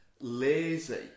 lazy